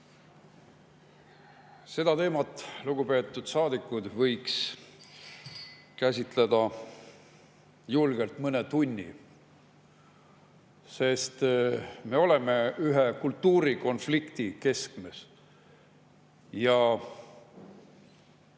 Seda teemat, lugupeetud saadikud, võiks käsitleda julgelt mõne tunni, sest me oleme ühe kultuurikonflikti keskmes. Mul on raske